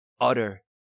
utter